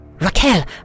Raquel